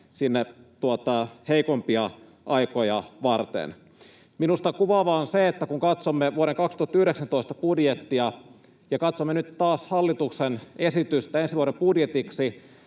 heikompia aikoja varten. Minusta kuvaavaa on se, että kun katsomme vuoden 2019 budjettia ja katsomme nyt taas hallituksen esitystä ensi vuoden budjetiksi,